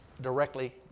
directly